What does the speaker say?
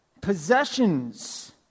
Possessions